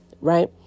Right